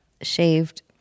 shaved